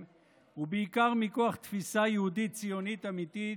ובעיקר מכוח תפיסה יהודית ציונית אמיתית,